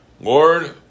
Lord